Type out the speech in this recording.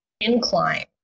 incline